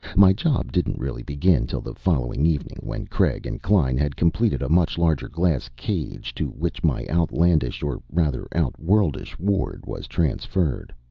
my job didn't really begin till the following evening, when craig and klein had completed a much larger glass cage, to which my outlandish or, rather, outworldish ward was transferred.